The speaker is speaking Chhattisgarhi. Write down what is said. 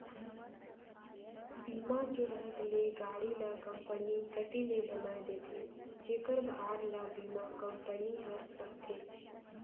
बीमा के रहत ले गाड़ी ल कंपनी कति ले बनाये देथे जेखर भार ल बीमा कंपनी हर सहथे